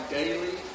daily